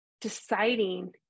deciding